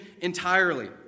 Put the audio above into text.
entirely